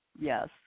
Yes